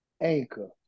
Anchor